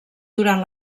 durant